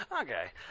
Okay